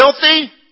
filthy